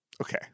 Okay